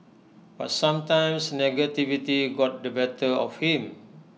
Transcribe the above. but sometimes negativity got the better of him